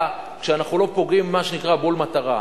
כשאנחנו לא פוגעים מה שנקרא "בול מטרה".